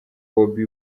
bobby